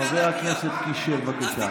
חבר הכנסת קיש, שב, בבקשה.